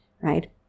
right